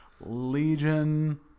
legion